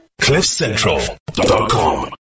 CliffCentral.com